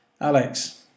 Alex